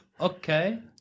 okay